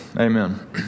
Amen